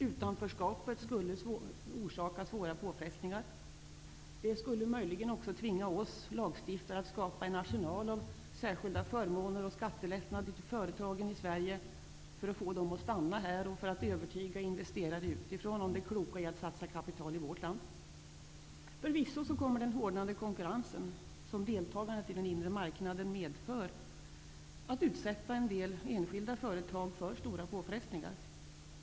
Utanförskapet skulle orsaka svåra påfrestningar. Det skulle möjligen också tvinga oss lagstiftare att skapa en arsenal av särskilda förmåner och skattelättnader till företagen i Sverige för att få dem att stanna här och för att övertyga investerare utifrån om det kloka i att satsa kapital i vårt land. Förvisso kommer den hårdnande konkurrens, som deltagandet i den inre marknaden för med sig, att utsätta en del enskilda företag för stora påfrestningar.